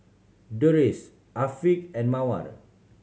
Deris Afiq and Mawar